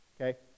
okay